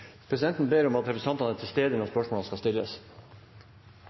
Presidenten ber om at representantene er til stede når spørsmålene skal stilles.